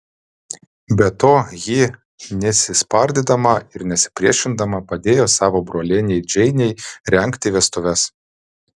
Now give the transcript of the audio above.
be to ji nesispardydama ir nesipriešindama padėjo savo brolienei džeinei rengti vestuves